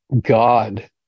god